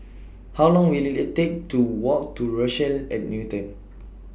How Long Will IT IT Take to Walk to Rochelle At Newton